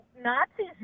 Nazis